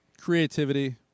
creativity